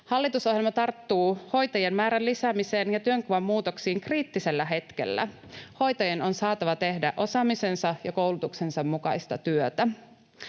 Hallitusohjelma tarttuu hoitajien määrän lisäämiseen ja työnkuvan muutoksiin kriittisellä hetkellä. Hoitajien on saatava tehdä osaamisensa ja koulutuksensa mukaista työtä.